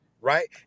right